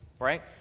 right